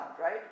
right